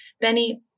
Benny